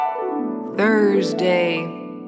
Thursday